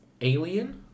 Alien